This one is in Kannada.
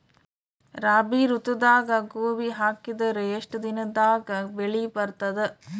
ರಾಬಿ ಋತುದಾಗ ಗೋಧಿ ಹಾಕಿದರ ಎಷ್ಟ ದಿನದಾಗ ಬೆಳಿ ಬರತದ?